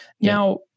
Now